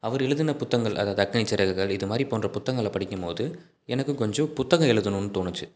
அவர் எழுதுன புத்தகங்கள் அதாவது அக்னி சிறகுகள் இதுமாதிரி போன்ற புத்தகங்களை படிக்கும் போது எனக்கும் கொஞ்சம் புத்தகம் எழுதணுன்னு தோணுச்சு